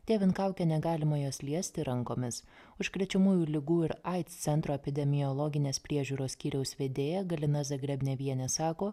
dėvint kaukę negalima jos liesti rankomis užkrečiamųjų ligų ir aids centro epidemiologinės priežiūros skyriaus vedėja galina zagrebnevienė sako